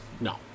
No